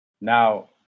Now